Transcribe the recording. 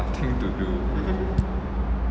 nothing to do